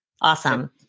Awesome